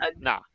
nah